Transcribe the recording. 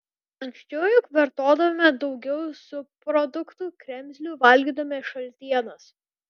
anksčiau juk vartodavome daugiau subproduktų kremzlių valgydavome šaltienas